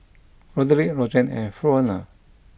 Roderic Rozanne and Fronia